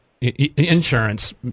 insurance